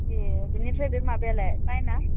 ए बिनिफ्राय बे माबायालाय पाइनआ